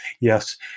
yes